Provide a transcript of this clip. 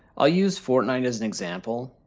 i'll use fortnight as an example.